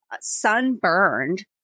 sunburned